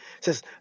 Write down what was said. says